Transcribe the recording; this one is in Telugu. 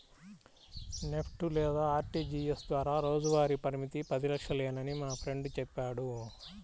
నెఫ్ట్ లేదా ఆర్టీజీయస్ ద్వారా రోజువారీ పరిమితి పది లక్షలేనని మా ఫ్రెండు చెప్పాడు